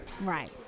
Right